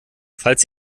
falls